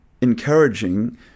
encouraging